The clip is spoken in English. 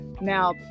now